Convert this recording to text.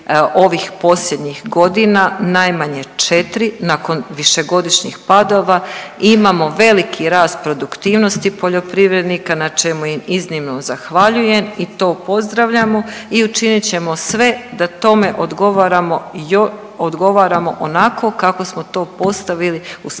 ovih posljednjih godina, najmanje četiri nakon višegodišnjih padova. Imamo veliki rast produktivnosti poljoprivrednika na čemu im iznimno zahvaljujem i to pozdravljamo. I učinit ćemo sve da tome odgovaramo onako kako smo to postavili u našim